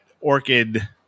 orchid